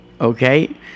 okay